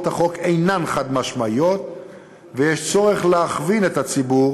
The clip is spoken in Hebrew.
החוק אינן חד-משמעיות ויש צורך להכווין את הציבור